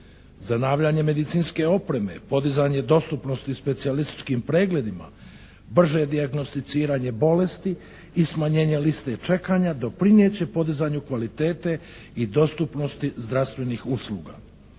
Zanavljanje medicinske opreme, podizanje dostupnosti specijalističkim pregledima, brže dijagnosticiranje bolesti i smanjenje liste čekanja doprinijet će podizanju kvalitete i dostupnosti zdravstvenih usluga.